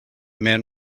man